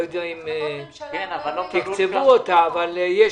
אני לא יודע אם תקצבו אותה, אבל יש